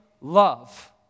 love